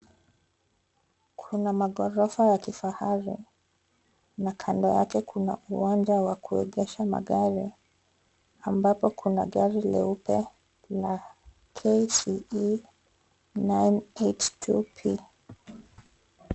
Kuna maghorofa ya kifahari na kando yake kuna uwanja wa kuegesha magari ambapo kuna gari jeupe la KCE nine eight two P.